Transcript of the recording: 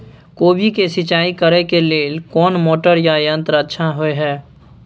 कोबी के सिंचाई करे के लेल कोन मोटर या यंत्र अच्छा होय है?